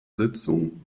sitzung